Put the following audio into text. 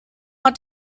hat